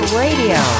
radio